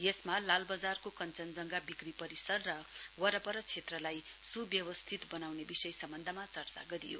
यसमा लालबजारको कंचनजंघा विक्री परिसर र वरपर क्षेत्रलाई सुव्यवस्थित बनाउने विषय सम्बन्धनमा चर्चा गरियो